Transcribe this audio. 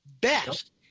best